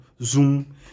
Zoom